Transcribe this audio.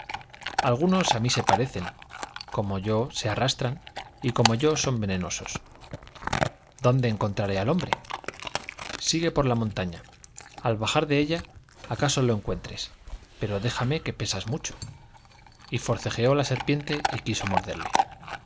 parece á mí se como yo se arrastran algunos parecen como son venenosos y yo hombre dónde encontraré al de ella acaso sigue por la montaña al bajar lo encuentres pero déjame que pesas mucho y forcejeó la serpiente y quiso morderle